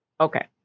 Okay